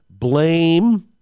blame